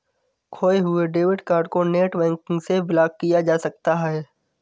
खोये हुए debit card को नेटबैंकिंग से ब्लॉक किया जा सकता है